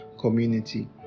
community